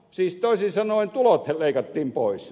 siis toisin sanoen tulot leikattiin pois